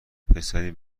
پسری